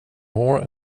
more